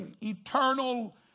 eternal